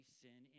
sin